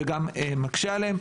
זה גם מקשה עליהם.